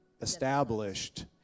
established